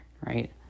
right